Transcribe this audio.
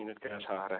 minute ꯀꯌꯥ ꯁꯥꯈ꯭ꯔꯦ